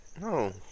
No